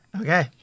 okay